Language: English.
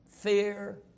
Fear